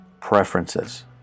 preferences